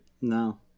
No